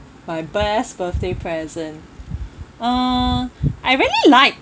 my best birthday present uh I really like